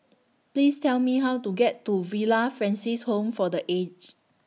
Please Tell Me How to get to Villa Francis Home For The Aged